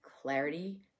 clarity